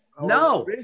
No